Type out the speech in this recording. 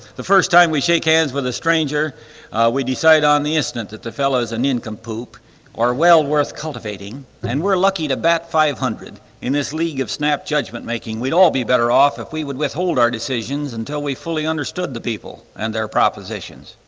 the first time we shake hands with a stranger we decide on the incident that the fellows a nincompoop or well worth cultivating and we're lucky to bat five hundred in this league of snap judgment making we'd all be better off if we would withhold our decisions until we fully understood the people and their propositions.